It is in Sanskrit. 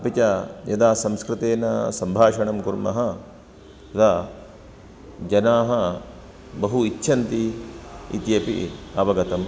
अपि च यदा संस्कृतेन सम्भाषणं कुर्मः तदा जनाः बहु इच्छन्ति इति अपि अवगतम्